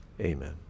amen